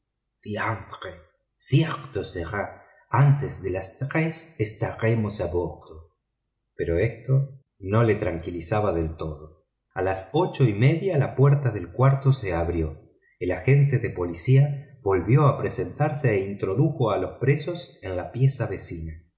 cierto será antes de las dos estaremos a bordo pero esto no lo tranquilizaba a las ocho y media la puerta del cuarto se abrió el agente de policía volvió a presentarse e introdujo a los presos en la pieza vecina